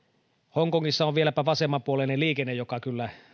hong kongissa on vieläpä vasemmanpuoleinen liikenne joka kyllä